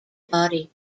body